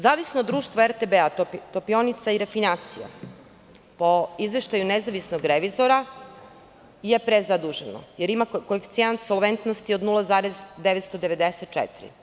Zavisno društvo RTB, Topionica i refinacija, po izveštaju nezavisnog revizora je prezaduženo, jer ima koeficijent apsolventnosti od 0,994.